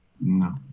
No